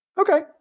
Okay